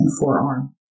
forearm